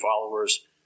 followers